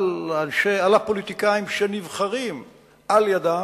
על הפוליטיקאים שנבחרים על-ידם,